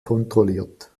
kontrolliert